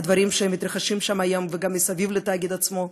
הדברים שמתרחשים שם היום, וגם מסביב לתאגיד עצמו.